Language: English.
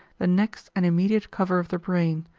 the next and immediate cover of the brain,